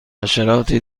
حشراتی